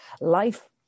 life